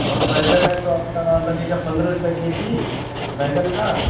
और बैंगन है तो आपका लगेगा पंद्रह रुपैया केजी बैंगन का